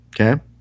okay